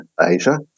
Asia